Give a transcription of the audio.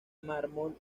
mármol